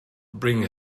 bring